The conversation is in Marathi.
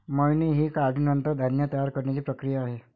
मळणी ही काढणीनंतर धान्य तयार करण्याची प्रक्रिया आहे